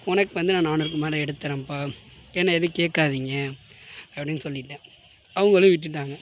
உனக்கு வந்து நான் நானூறுக்கு மேல் எடுத்துறேன்பா என்ன எதுவும் கேட்காதீங்க அப்படின்னு சொல்லிவிட்டேன் அவங்களும் விட்டுவிட்டாங்க